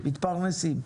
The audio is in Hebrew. מתפרנסים.